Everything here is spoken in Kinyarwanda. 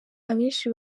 abenshi